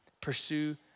Pursue